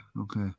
okay